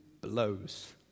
blows